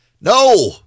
No